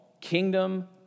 kingdom